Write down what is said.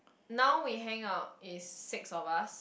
now we hangout it's six of us